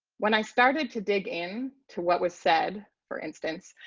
when i started to dig in to what was said, for instance,